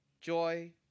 joy